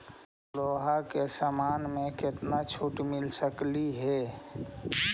लोहा के समान पर केतना छूट मिल सकलई हे